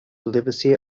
livesey